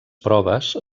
proves